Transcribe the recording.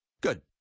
Good